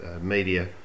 media